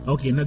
Okay